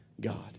God